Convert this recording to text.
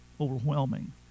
overwhelming